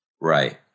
Right